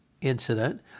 incident